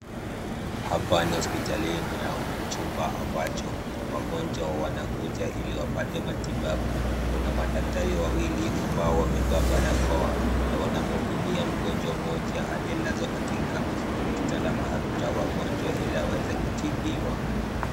Hapa ni hospitalini au chumba ambacho wagonjwa wanakuja ili wapate matibabu. Kuna madaktari wawili ambao wamevaa barakoa na wanamhudumia mgonjwa mmoja aliyelazwa katika kitanda maalum cha wagonjwa ili aweze kutibiwa.